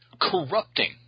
corrupting